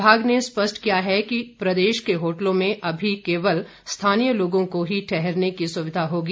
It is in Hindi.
विभाग ने स्पष्ट किया है कि प्रदेश के होटलों में अभी केवल स्थानीय लोगों को ही ठहरने की सुविधा होगी